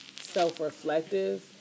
self-reflective